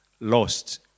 lost